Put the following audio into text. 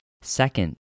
Second